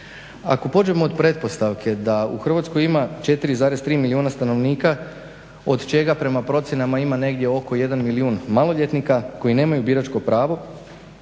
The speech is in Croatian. Ako pođemo od pretpostavke da u Hrvatskoj ima 4,3 milijuna stanovnika od čega prema procjenama ima negdje oko 1 milijun maloljetnika koji nemaju biračko pravo